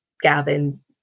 Gavin